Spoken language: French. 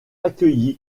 accueilli